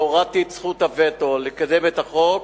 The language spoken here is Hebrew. והורדתי את זכות הווטו לקדם את החוק,